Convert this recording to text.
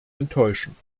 enttäuschen